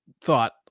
thought